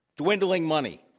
dwindling money,